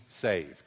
saved